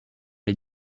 les